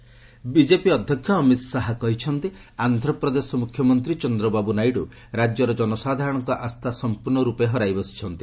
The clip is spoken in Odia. ଶାହା ନାଇଡ଼ ବିଜେପି ଅଧ୍ୟକ୍ଷ ଅମିତ୍ ଶାହା କହିଛନ୍ତି ଆନ୍ଧ୍ରପ୍ରଦେଶ ମୁଖ୍ୟମନ୍ତ୍ରୀ ଚନ୍ଦ୍ରବାବୁ ନାଇଡୁ ରାଜ୍ୟର ଜନସାଧାରଣଙ୍କ ଆସ୍ଥା ସମ୍ପର୍ଷର୍ଣରପେ ହରାଇ ବସିଛନ୍ତି